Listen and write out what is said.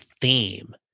theme